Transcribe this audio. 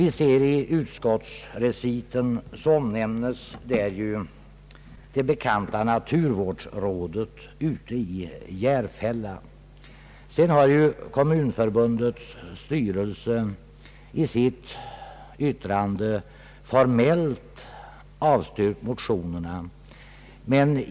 I utskottsreciten omnämns det bekanta miljövårdsrådet ute i Järfälla. Kommunförbundets styrelse har i sitt yttrande formellt avstyrkt motionerna.